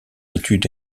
étude